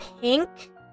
pink